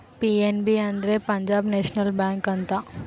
PNB ಅಂದ್ರೆ Punjab National Bank ಅಂತ